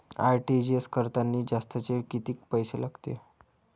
RTGS करतांनी जास्तचे कितीक पैसे लागते?